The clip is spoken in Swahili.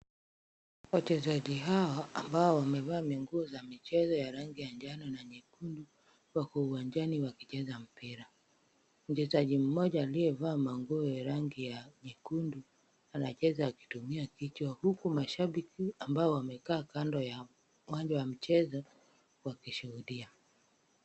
Wachezaji hawa ambao wamevaa nguo ya michezo ya rangi ya njano na nyekundu, wako uwanjani wakicheza mpira. Mchezaji mmoja aliyevaa nguo ya rangi ya nyekundu anacheza akitumia kichwa, huku mashabiki ambao wamekaa kando ya uwanja wa michezo wakishuhudia.